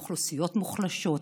אוכלוסיות מוחלשות,